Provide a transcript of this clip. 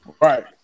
Right